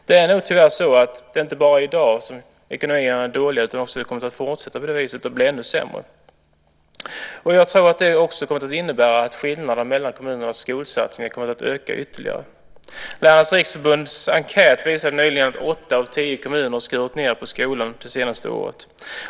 Det är nog tyvärr så att det inte bara är i dag som ekonomin är dålig, utan det kommer nog också att fortsätta på det viset och bli ännu sämre. Jag tror att det också kommer att innebära att skillnaderna mellan kommunernas skolsatsningar kommer att öka ytterligare. Lärarnas Riksförbunds enkät visade nyligen att åtta av tio kommuner skurit ned på skolan det senaste året.